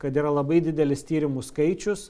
kad yra labai didelis tyrimų skaičius